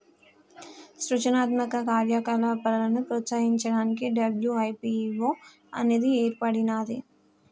సృజనాత్మక కార్యకలాపాలను ప్రోత్సహించడానికి డబ్ల్యూ.ఐ.పీ.వో అనేది ఏర్పడినాది